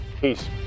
Peace